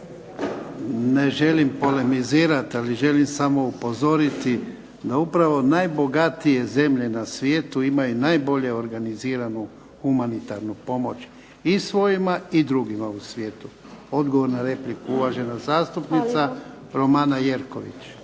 Ne želim polemizirati, ali želim samo upozoriti na upravo najbogatije zemlje na svijetu imaju najbolje organiziranu humanitarnu pomoć i svojima i drugima u svijetu. Odgovor na repliku, uvažena zastupnica Romana Jerković.